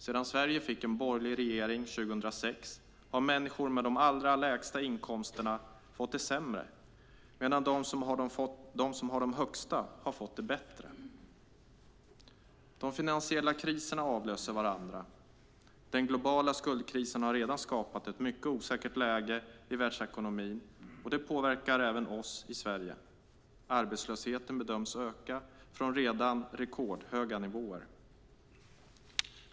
Sedan Sverige fick en borgerlig regering 2006 har människor med de allra lägsta inkomsterna i fått det sämre, medan de som har de högsta inkomsterna har fått det bättre. De finansiella kriserna avlöser varandra. Den globala skuldkrisen har redan skapat ett mycket osäkert läge i världsekonomin, och det påverkar även oss i Sverige. Arbetslösheten bedöms öka från redan rekordhöga nivåer.